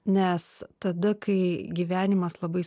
nes tada kai gyvenimas labai